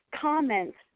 comments